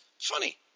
Funny